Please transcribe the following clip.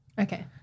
Okay